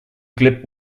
clip